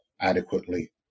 adequately